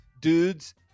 dudes